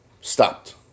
stopped